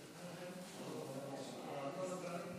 אחותי,